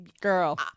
girl